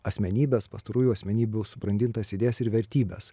asmenybes pastarųjų asmenybių subrandintas idėjas ir vertybes